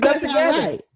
together